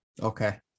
Okay